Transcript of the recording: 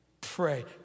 pray